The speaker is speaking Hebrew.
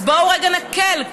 אז בואו רגע נקל.